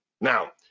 Now